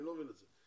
אני לא מבין את זה.